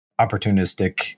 opportunistic